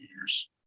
years